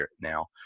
now